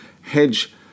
hedge